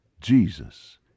Jesus